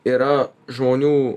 yra žmonių